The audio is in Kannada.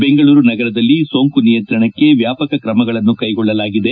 ಬೆಂಗಳೂರು ನಗರದಲ್ಲಿ ಸೋಂಕು ನಿಯಂತ್ರಣಕ್ಕೆ ವ್ಯಾಪಕ ಕ್ರಮಗಳನ್ನು ಕೈಗೊಳ್ಳಲಾಗಿದೆ